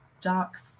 Dark